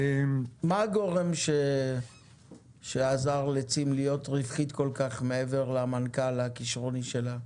מה הגורם שעזר לצים להיות רווחית כל כך מעבר למנכ"ל הכישרוני שלה?